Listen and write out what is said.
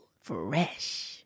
fresh